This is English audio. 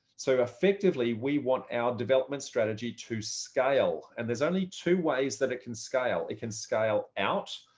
so effectively we want our development strategy to scale. and there's only two ways that it can scale. it can scale out.